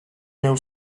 neil